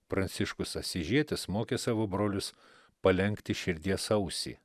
pranciškus asyžietis mokė savo brolius palenkti širdies ausį